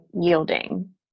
yielding